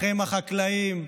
לכם, החקלאים,